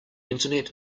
internet